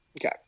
Okay